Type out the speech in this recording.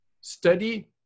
study